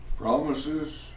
Promises